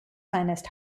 finest